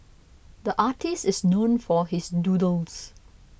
the artist is known for his doodles